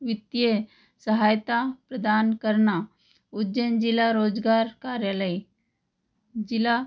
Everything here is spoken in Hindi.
वित्तीय सहायता प्रदान करना उज्जैन जिला रोजगार कार्यालय जिला